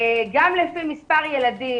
גם לפי מספר ילדים